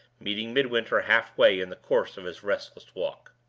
meeting midwinter halfway in the course of his restless walk.